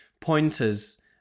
pointers